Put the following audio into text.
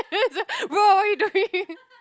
what are you doing